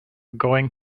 going